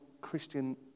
Christian